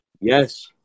yes